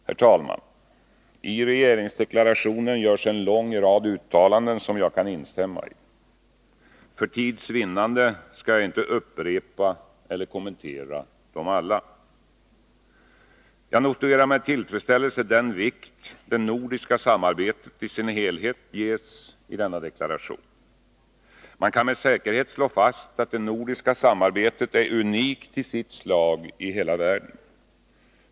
Herr talman! I regeringsdeklarationen görs en lång rad uttalanden, som jag kan instämma i. För tids vinnande skall jag inte upprepa eller kommentera dem alla. Jag noterar med tillfredsställelse den vikt som det nordiska samarbetet i sin helhet ges i deklarationen. Man kan med säkerhet slå fast att det nordiska samarbetet är unikt i sitt slag i världen.